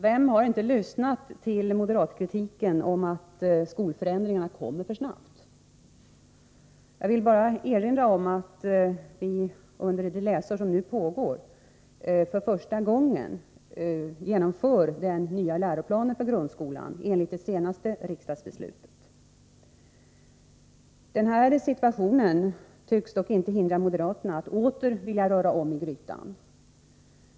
Vem har inte lyssnat till den moderata kritiken om att skolförändringarna kommer för snabbt? Jag vill bara erinra om att vi under det läsår som nu pågår för första gången genomför den nya läroplanen för grundskolan enligt det senaste riksdagsbeslutet. Denna situation tycks dock inte hindra moderaterna från att åter vilja röra om i grytan.